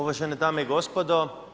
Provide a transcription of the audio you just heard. Uvažene dame i gospodo.